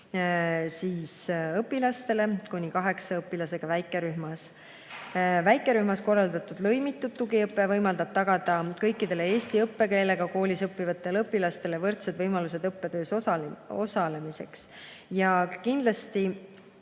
tugiõpet kuni kaheksa õpilasega väikerühmades. Väikerühmas korraldatud lõimitud tugiõpe võimaldab tagada kõikidele eesti õppekeelega koolis õppivatele õpilastele võrdsed võimalused õppetöös osalemiseks. Kindlasti